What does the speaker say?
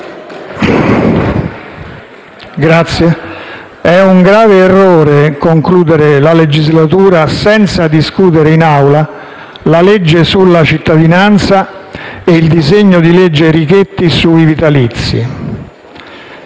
Presidente, è un grave errore concludere la legislatura senza discutere in Assemblea la legge sulla cittadinanza e il disegno di legge Richetti sui vitalizi.